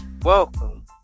Welcome